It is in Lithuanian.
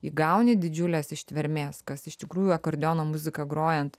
įgauni didžiulės ištvermės kas iš tikrųjų akordeono muziką grojant